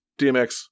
DMX